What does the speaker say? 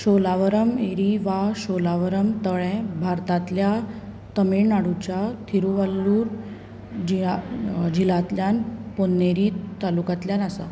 शोलावरम एरी वा शोलावरम तळें भारतांतल्या तमिळनाडूच्या थिरुवल्लूर जिळा जिलांतल्यान पोन्नेरी तालुकांतल्यान आसा